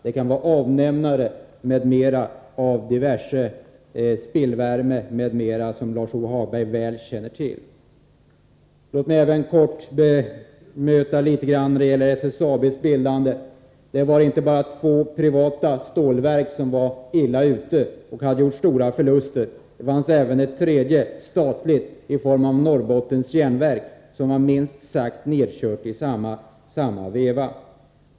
Det kan vara avnämare m.m. av diverse spillvärme och annat, vilket Lars-Ove Hagberg känner till väl. Låt mig även göra ett kort bemötande beträffande SSAB:s bildande. Det var inte bara två privata stålverk som var illa ute och hade gjort stora förluster. Det fanns även ett tredje, ett statligt, nämligen Norrbottens Jernverk, som i samma veva var minst sagt nedkört.